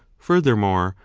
furthermore,